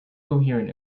coherent